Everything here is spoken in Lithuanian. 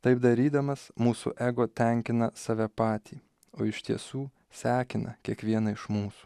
taip darydamas mūsų ego tenkina save patį o iš tiesų sekina kiekvieną iš mūs